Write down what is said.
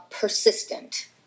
persistent